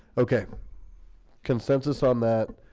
okay consensus on that